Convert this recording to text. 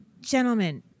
gentlemen